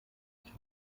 ich